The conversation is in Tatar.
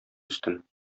үстем